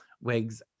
wigs